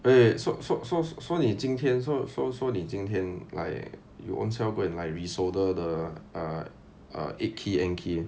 wait so so so so 你今天 so so so 你今天 like you ownself go and like re-solder the ah eight key N key